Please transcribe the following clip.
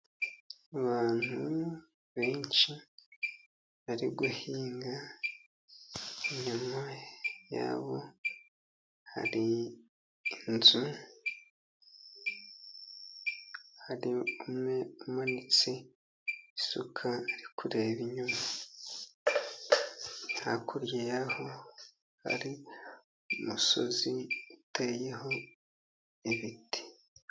Abantu benshi bari guhinga. Inyuma yabo hari inzu hari umwe umanitse isuka ari kureba inyuma. Hakurya y'aho hari umusozi uteyeho ibiti.